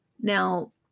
Now